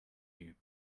you